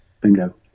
Bingo